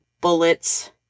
bullets